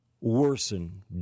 worsen